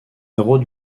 héros